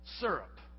Syrup